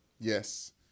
Yes